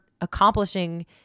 accomplishing